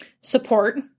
support